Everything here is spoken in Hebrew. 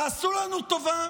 תעשו לנו טובה,